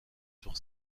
sur